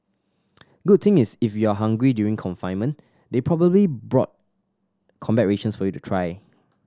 good thing is if you're hungry during confinement they probably bought combat rations for you to try